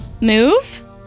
move